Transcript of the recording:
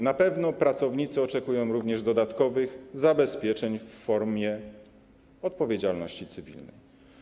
Na pewno pracownicy oczekują również dodatkowych zabezpieczeń w formie odpowiedzialności cywilnej.